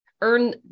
earn